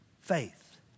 Faith